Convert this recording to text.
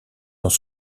dans